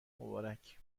مبارک